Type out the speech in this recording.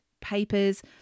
papers